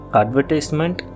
advertisement